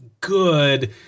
good